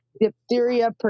diphtheria